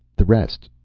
the rest.